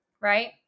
Right